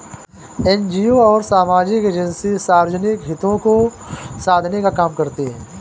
NGO और सामाजिक agency सार्वजनिक हितों को साधने का काम करती हैं